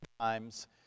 times